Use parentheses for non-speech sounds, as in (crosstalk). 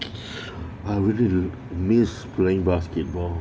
(noise) (breath) I really do miss playing basketball